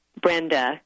Brenda